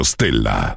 Stella